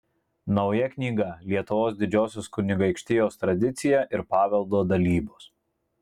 nauja knyga lietuvos didžiosios kunigaikštijos tradicija ir paveldo dalybos